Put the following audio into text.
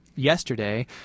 Yesterday